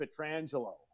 Petrangelo